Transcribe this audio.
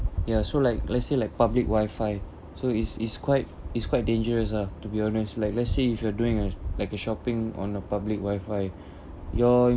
ya so like let's say like public wifi so it's it's quite it's quite dangerous ah to be honest like let's say if you are doing a like a shopping on the public wifi your